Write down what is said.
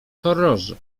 horrorze